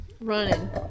Running